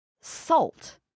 salt